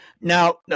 Now